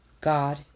God